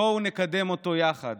בואו נקדם אותו יחד.